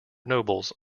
nobles